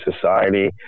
society